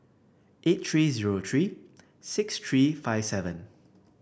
eight three zero three six three five seven